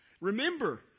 Remember